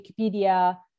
Wikipedia